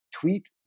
Tweet